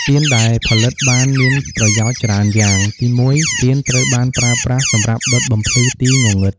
ទៀនដែលផលិតបានមានប្រយោជន៍ច្រើនយ៉ាង ទីមួយ ទៀនត្រូវបានប្រើប្រាស់សម្រាប់ដុតបំភ្លឺទីងងឹត។